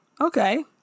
okay